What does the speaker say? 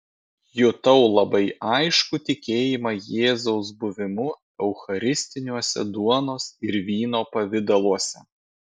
jutau labai aiškų tikėjimą jėzaus buvimu eucharistiniuose duonos ir vyno pavidaluose